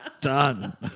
Done